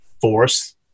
force